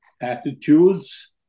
attitudes